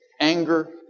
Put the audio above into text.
anger